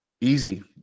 easy